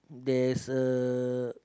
there's a